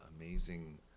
amazing